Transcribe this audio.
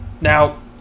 Now